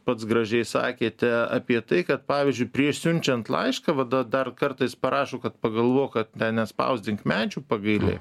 pats gražiai sakėte apie tai kad pavyzdžiui prieš siunčiant laišką va da dar kartais parašo kad pagalvok kad ten nespausdink medžių pagailėk